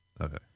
Okay